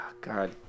God